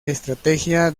estrategia